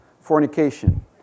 fornication